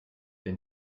wenn